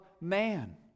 man